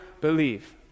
believe